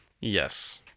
Yes